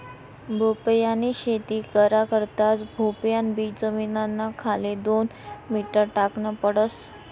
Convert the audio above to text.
भोपयानी शेती करा करता भोपयान बी जमीनना खाले दोन मीटर टाकन पडस